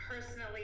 personally